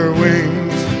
wings